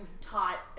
taught